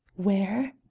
where?